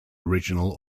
original